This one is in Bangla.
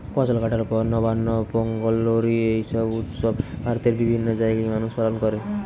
ফসল কাটার পর নবান্ন, পোঙ্গল, লোরী এই উৎসব ভারতের বিভিন্ন জাগায় মানুষ পালন কোরে